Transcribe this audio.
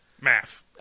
Math